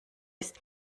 ist